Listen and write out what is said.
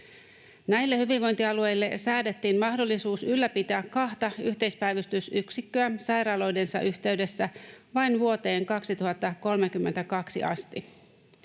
Näille hyvinvointialueille säädettiin mahdollisuus ylläpitää kahta yhteispäivystysyksikköä sairaaloidensa yhteydessä vain vuoteen 2032 asti.